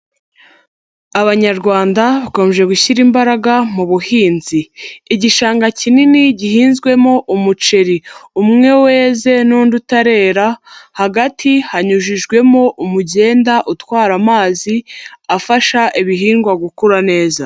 Abanyarwanda bakomeje gushyira imbaraga mu buhinzi. Igishanga kinini gihinzwemo umuceri, umwe weze n'undi utarera, hagati hanyujijwemo umugenda utwara amazi afasha ibihingwa gukura neza.